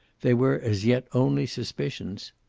they were as yet only suspicions.